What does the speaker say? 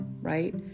right